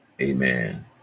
amen